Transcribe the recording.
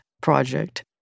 project